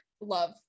love